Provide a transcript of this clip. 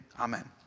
Amen